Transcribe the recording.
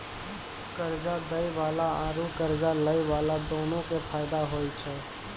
कर्जा दै बाला आरू कर्जा लै बाला दुनू के फायदा होय छै